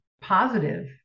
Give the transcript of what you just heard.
positive